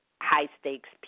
high-stakes